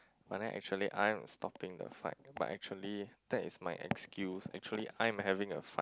but then actually I'm stopping the fight but actually that is my excuse actually I am having a fight